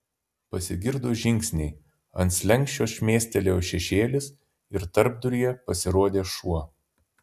pasigirdo žingsniai ant slenksčio šmėstelėjo šešėlis ir tarpduryje pasirodė šuo